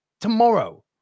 Tomorrow